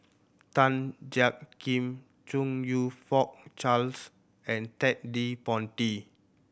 Tan Jiak Kim Chong You Fook Charles and Ted De Ponti